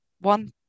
one